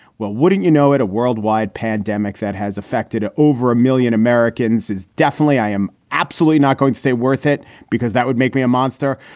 well, wouldn't you know it? a worldwide pandemic that has affected over a million americans is definitely i am absolutely not going to say worth it because that would make me a monster.